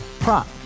Prop